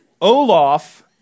Olaf